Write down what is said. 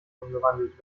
umgewandelt